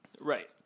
Right